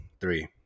three